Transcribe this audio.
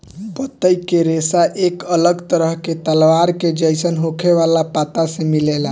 पतई के रेशा एक अलग तरह के तलवार के जइसन होखे वाला पत्ता से मिलेला